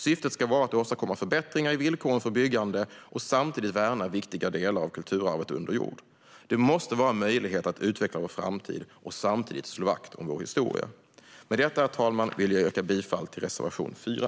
Syftet ska vara att åstadkomma förbättringar i villkoren för byggandet och samtidigt värna viktiga delar av kulturarvet under jord. Det måste vara möjligt att utveckla vår framtid och samtidigt slå vakt om vår historia. Med detta, herr talman, vill jag yrka bifall till reservation 4.